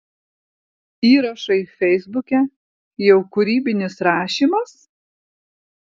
įrašai feisbuke jau kūrybinis rašymas